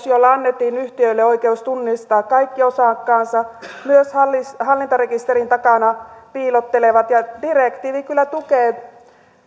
jolla annettiin yhtiöille oikeus tunnistaa kaikki osakkaansa myös hallintarekisterin takana piilottelevat ja direktiivi kyllä tukee